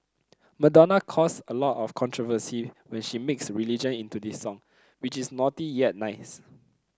Madonna caused a lot of controversy when she mixed religion into this song which is naughty yet nice